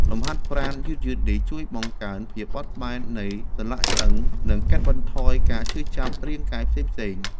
លំហាត់ប្រាណយឺតៗនេះ ជួយបង្កើនភាពបត់បែននៃសន្លាក់ឆ្អឹង និងកាត់បន្ថយការឈឺចាប់រាងកាយផ្សេងៗ។